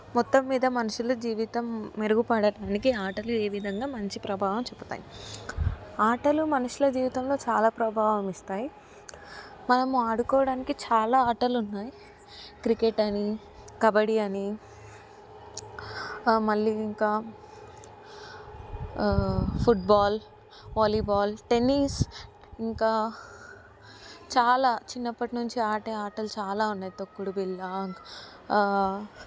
మొత్తం మీద మనుషులు జీవితం మెరుగుపడటానికి ఆటలు ఏ విధంగా మంచి ప్రభావం చూపుతాయి ఆటలు మనుషుల జీవితంలో చాలా ప్రభావం ఇస్తాయి మనము ఆడుకోవడానికి చాలా అటలు ఉన్నాయి క్రికెట్ అని కబడ్డీ అని మళ్ళీ ఇంకా ఫుట్బాల్ వాలీబాల్ టెన్నిస్ ఇంకా చాలా చిన్నప్పటి నుంచి ఆడే ఆటలు చాలా ఉన్నాయి తొక్కుడు బిల్ల